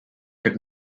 could